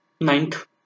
Ninth